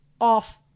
off